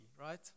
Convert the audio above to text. right